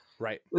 Right